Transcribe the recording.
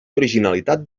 originalitat